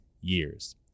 years